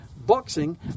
boxing